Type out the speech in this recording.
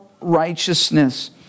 righteousness